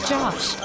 Josh